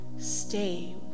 stay